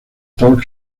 talk